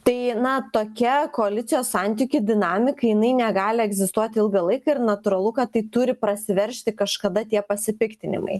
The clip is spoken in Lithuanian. tai na tokia koalicijos santykių dinamika jinai negali egzistuot ilgą laiką ir natūralu kad tai turi prasiveržti kažkada tie pasipiktinimai